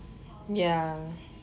ya